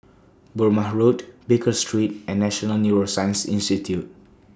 Burmah Road Baker Street and National Neuroscience Institute